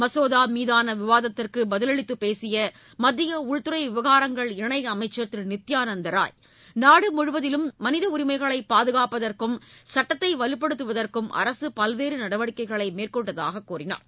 மசோதா மீதான விவாதத்திற்கு பதிலளித்துப் பேசிய மத்திய உள்துறை விவகாரங்கள் இணையமைச்சர் திரு நித்யானந்த் ராய் நாடு முழுவதிலும் மனித உரிமைகளை பாதுகாப்பதற்கும் சட்டத்தை வலுப்படுத்துவதற்கும் அரசு பல்வேறு நடவடிக்கைகளை மேற்கொண்டதாகக் கூறினார்